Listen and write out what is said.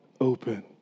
open